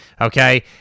Okay